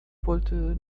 wollte